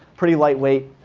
pretty lightweight,